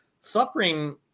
suffering